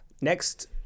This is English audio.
next